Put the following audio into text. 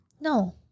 No